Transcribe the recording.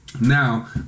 Now